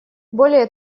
более